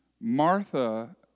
Martha